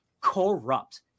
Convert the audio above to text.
corrupt